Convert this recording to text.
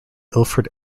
ilford